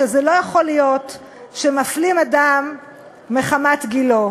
שזה לא יכול להיות שמפלים אדם מחמת גילו.